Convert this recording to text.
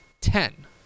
ten